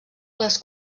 les